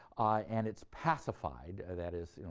and it's pacified that is,